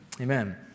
Amen